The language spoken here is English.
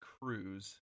cruise